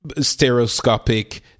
stereoscopic